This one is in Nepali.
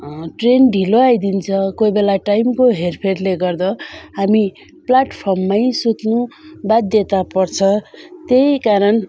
ट्रेन ढिलो आइदिन्छ कोही बेला टाइमको हेरफेरले गर्दा हामी प्लेटफर्ममै सुत्नु बाध्यता पर्छ त्यही कारण